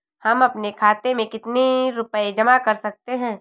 हम अपने खाते में कितनी रूपए जमा कर सकते हैं?